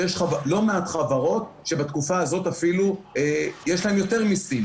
שיש לא מעט חברות שבתקופה הזאת אפילו יש להן יותר מיסים.